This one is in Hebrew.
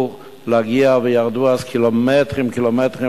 להגיע וירדו אז קילומטרים-קילומטרים,